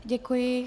Děkuji.